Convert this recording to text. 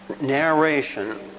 narration